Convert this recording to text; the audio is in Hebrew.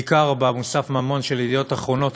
בעיקר במוסף "ממון" של "ידיעות אחרונות",